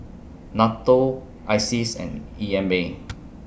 NATO ISEAS and E M A